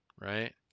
right